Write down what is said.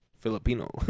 Filipino